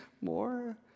more